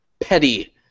Petty